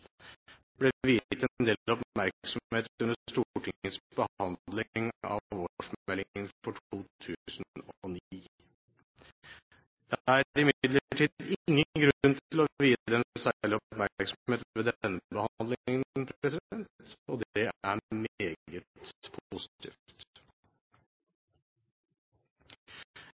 ble viet en del oppmerksomhet under Stortingets behandling av årsmeldingen for 2009. Det er imidlertid ingen grunn til å vie dem særlig oppmerksomhet ved denne behandlingen, og det er meget positivt.